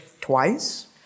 twice